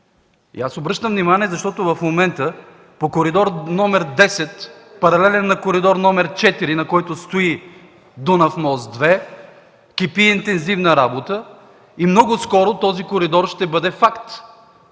Обръщам внимание, защото в момента по коридор № 10, паралелен на коридор № 4, на който стои Дунав мост-2, кипи интензивна работа и много скоро този коридор ще бъде факт.